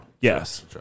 Yes